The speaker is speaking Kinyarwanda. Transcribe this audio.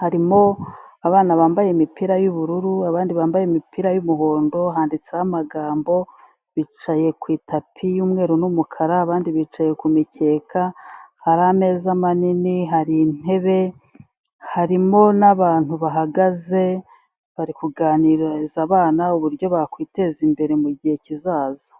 harimo abana bambaye imipira y'ubururu, abandi bambaye imipira y'umuhondo, handitseho amagambo, bicaye ku itapi y'umweru n'umukara, abandi bicaye ku mikeke, hari ameza manini, hari intebe harimo n'abantu bahagaze bari kuganiriza abana uburyo bakwiteza imbere mu gihe kizaza.